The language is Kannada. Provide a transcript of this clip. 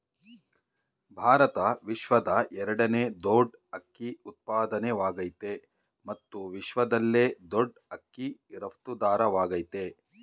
ಭಾರತ ವಿಶ್ವದ ಎರಡನೇ ದೊಡ್ ಅಕ್ಕಿ ಉತ್ಪಾದಕವಾಗಯ್ತೆ ಮತ್ತು ವಿಶ್ವದಲ್ಲೇ ದೊಡ್ ಅಕ್ಕಿ ರಫ್ತುದಾರವಾಗಯ್ತೆ